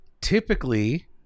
Typically